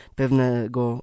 pewnego